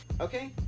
okay